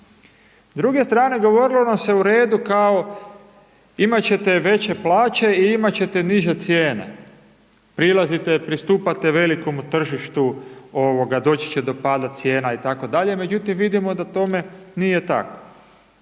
S druge strane govorilo nam se u redu imat ćete veće plaće i imat ćete niže cijene, prilazite pristupate velikom tržištu ovoga doći će do pada cijena itd. Međutim vidimo da tome nije tako,